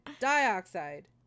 Dioxide